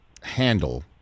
handle